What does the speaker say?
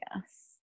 yes